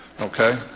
okay